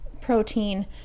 protein